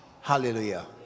Hallelujah